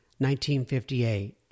1958